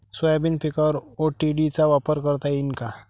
Soybean पिकावर ODT चा वापर करता येईन का?